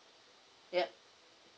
yup